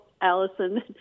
Allison